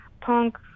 punk